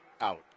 out